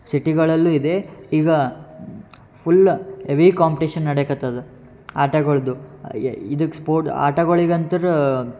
ಸಿಟಿಗಳಲ್ಲೂ ಇದೆ ಈಗ ಫುಲ್ಲ ಎವಿ ಕಾಂಪ್ಟೇಶನ್ ನಡೆಯಕತ್ತದ ಆಟಗಳದ್ದು ಇದಕ್ಕೆ ಸ್ಪೋರ್ಟ್ ಆಟಗಳಿಗಂತೂ